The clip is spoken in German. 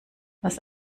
was